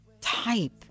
type